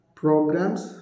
programs